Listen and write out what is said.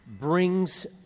brings